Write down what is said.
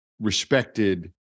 respected